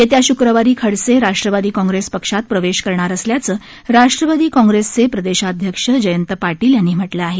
येत्या शुक्रवारी खडसे राष्ट्रवादी काँप्रेस पक्षात प्रवेश करणार असल्याचं राष्ट्रवादी काँप्रेसचे प्रदेशाध्यक्ष जयंत पाटील यांनी म्हटलं आहे